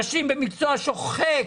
נשים במקצוע שוחק,